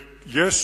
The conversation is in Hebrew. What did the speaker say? ויש